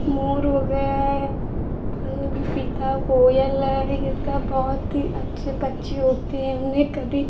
मोर हो गया है पानी भी पीता है कोयल है यह तो बहुत ही अच्छे पक्षी होते हैं उन्हें कभी